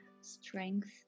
strength